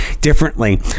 differently